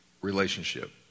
Relationship